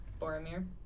Boromir